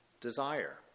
Desire